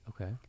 okay